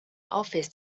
office